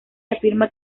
afirma